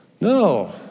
No